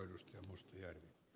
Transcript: arvoisa puhemies